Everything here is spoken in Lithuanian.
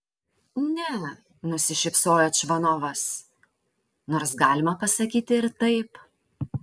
ne nusišypsojo čvanovas nors galima pasakyti ir taip